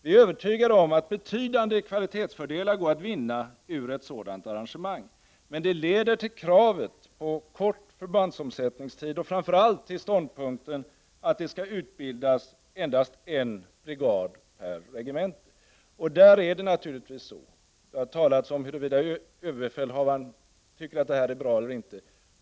Vi är övertygade om att betydande kvalitetsfördelar går att vinna ur ett sådant arrangemang. Men det leder till kravet på kort förbandsomsättningstid och framför allt till ståndpunkten att det skall utbildas endast en brigad per regemente. Det har talats om huruvida överbefälhavaren tycker att detta är bra eller inte.